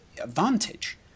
advantage